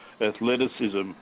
athleticism